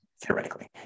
Theoretically